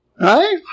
Right